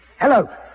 Hello